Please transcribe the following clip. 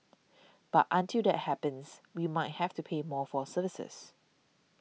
but until that happens we might have to pay more for services